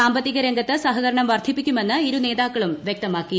സാമ്പത്തിക രംഗത്ത് സഹകരണം വർദ്ധിപ്പിക്കുമെന്ന് ഇരുനേതാക്കളും വൃക്തമാക്കി